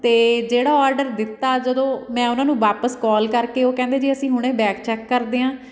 ਅਤੇ ਜਿਹੜਾ ਔਡਰ ਦਿੱਤਾ ਜਦੋਂ ਮੈਂ ਉਹਨਾਂ ਨੂੰ ਵਾਪਸ ਕੋਲ ਕਰਕੇ ਉਹ ਕਹਿੰਦੇ ਜੀ ਅਸੀਂ ਹੁਣੇ ਬੈਕ ਚੈੱਕ ਕਰਦੇ ਹਾਂ